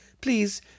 Please